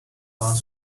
fast